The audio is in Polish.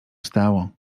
stało